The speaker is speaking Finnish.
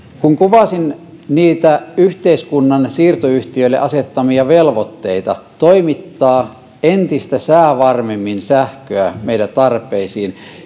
kuvasin yhteiskunnan siirtoyhtiöille asettamia velvoitteita toimittaa entistä säävarmemmin sähköä meidän tarpeisiimme